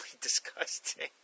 disgusting